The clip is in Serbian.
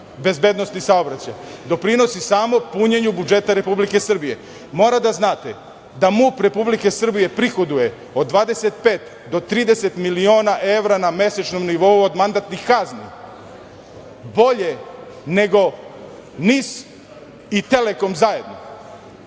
bezbednosti saobraćaja, doprinosi samo punjenju budžeta Republike Srbije. Mora da znate da MUP Republike Srbije prihoduje od 25 do 30 miliona evra na mesečnom nivou od mandatnih kazni, bolje nego NIS i Telekom zajedno.